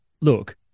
look